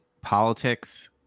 politics